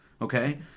okay